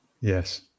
Yes